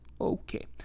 Okay